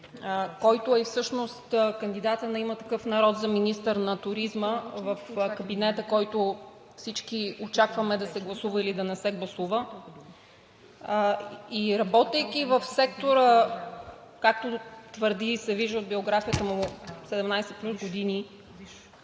който всъщност е и кандидатът на „Има такъв народ“ за министър на туризма в кабинета, който всички очакваме да се гласува или да не се гласува, и работейки в сектора, както твърди и се вижда в биографията му, 17 години,